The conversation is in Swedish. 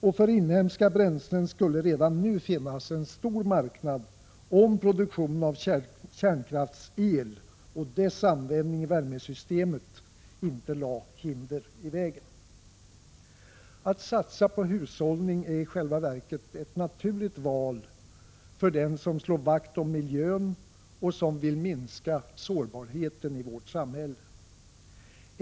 Och för inhemska bränslen skulle redan nu finnas en stor marknad om produktionen av kärnkrafts-el och dess användning i värmesystemen inte lade hinder i vägen. Att satsa på hushållning är i själva verket ett naturligt val för den som slår vakt om miljön och som vill minska sårbarheten i vårt samhälle.